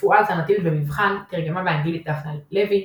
רפואה אלטרנטיבית במבחן, תרגמה מאנגלית דפנה לוי.